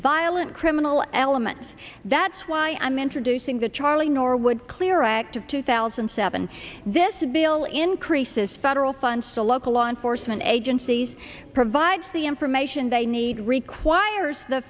violent criminal elements that's why i'm introducing the charlie norwood clear act of two thousand and seven this bill increases federal funds to local law enforcement agencies provides the information they need requires the